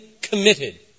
committed